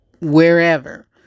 wherever